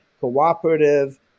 cooperative